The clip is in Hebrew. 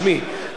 בשמי,